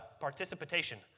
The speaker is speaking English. participation